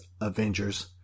Avengers